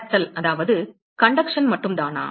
கடத்தல் மட்டும்தானா